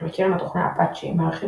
SourceForge וקרן התוכנה אפאצ'י מארחים